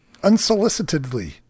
unsolicitedly